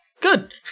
good